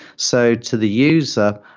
so to the user,